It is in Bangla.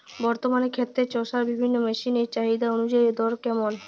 বর্তমানে ক্ষেত চষার বিভিন্ন মেশিন এর চাহিদা অনুযায়ী দর কেমন?